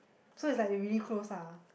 so it's like they really close lah